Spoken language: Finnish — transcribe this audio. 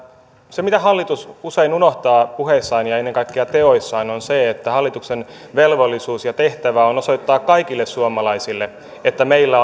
se mitä hallitus usein unohtaa puheissaan ja ennen kaikkea teoissaan on se että hallituksen velvollisuus ja tehtävä on osoittaa kaikille suomalaisille että meillä